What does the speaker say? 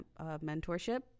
mentorship